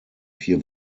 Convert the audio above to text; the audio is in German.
vier